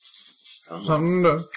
Thunder